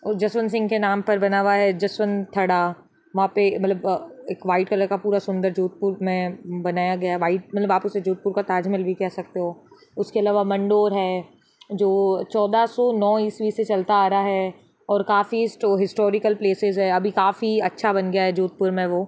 जसवंत सिंह के नाम पर बना हुआ है जसवंत थड़ा वहाँ पर मतलब एक व्हाइट कलर का पूरा सुंदर जोधपुर में बनाया गया व्हाइट मतलब आप उसे जोधपुर का ताजमहल भी कह सकते हो उसके अलावा मंडोर है जो चौदह सौ नौ ईस्वी से चलता आ रहा है और काफ़ी हिस्टोरिकल प्लेसेस हैं अभी काफ़ी अच्छा बन गया है जोधपुर में वो